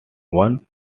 one